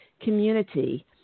community